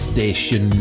Station